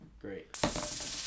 great